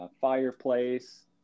fireplace